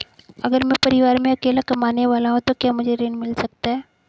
अगर मैं परिवार में अकेला कमाने वाला हूँ तो क्या मुझे ऋण मिल सकता है?